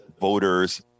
voters